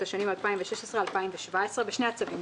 את השנים 2016 2017 בשני הצווים,